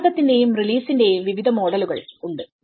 സമ്മർദ്ദത്തിന്റെയും റിലീസിന്റെയും വിവിധ മോഡലുകൾ ഉണ്ട്